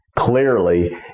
Clearly